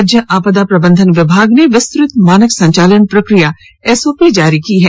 राज्य आपदा प्रबंधन विभाग ने विस्तृत मानक संचालन प्रक्रिया एसओपी जारी की है